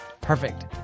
Perfect